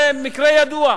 זה מקרה ידוע,